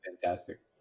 fantastic